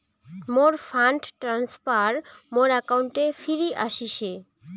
মোর fund transfer মোর অ্যাকাউন্টে ফিরি আশিসে